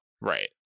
Right